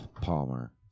Palmer